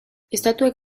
estatuek